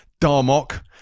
Darmok